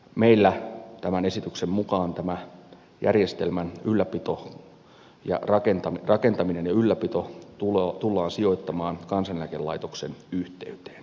meillä tämän esityksen mukaan järjestelmän rakentaminen ja ylläpito tullaan sijoittamaan kansaneläkelaitoksen yhteyteen